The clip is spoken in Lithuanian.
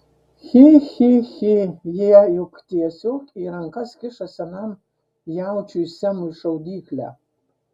chi chi chi jie juk tiesiog į rankas kiša senam jaučiui semui šaudyklę